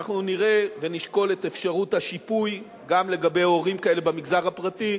אנחנו נראה ונשקול את אפשרות השיפוי גם לגבי הורים כאלה במגזר הפרטי,